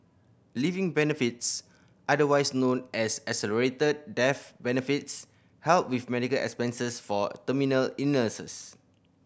living benefits otherwise known as accelerated death benefits help with medical expenses for terminal illnesses